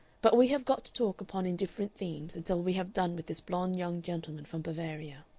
but we have got to talk upon indifferent themes until we have done with this blond young gentleman from bavaria.